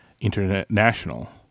International